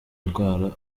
ndwara